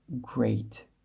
great